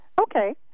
Okay